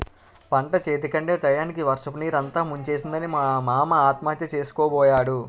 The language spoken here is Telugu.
పంటచేతికందే టయానికి వర్షపునీరు అంతా ముంచేసిందని మా మామ ఆత్మహత్య సేసుకోబోయాడు